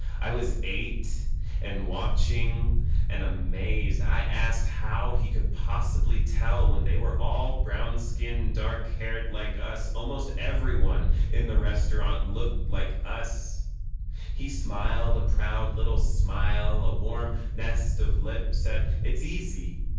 i was eight and watching and amazed. i asked how he could possibly tell, when they were all brown-skinned, dark-haired like us. almost everyone in the restaurant looked like us he smiled a proud, little smile, a warm nest of lips, said it's easy,